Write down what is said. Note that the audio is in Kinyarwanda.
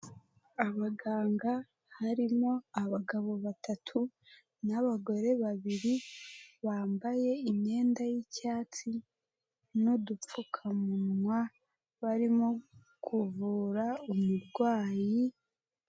Abaganga harimo abagabo batatu n'abagore babiri, bambaye imyenda y'icyatsi n'udupfukamunwa, barimo kuvura umurwayi.